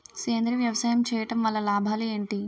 సేంద్రీయ వ్యవసాయం చేయటం వల్ల లాభాలు ఏంటి?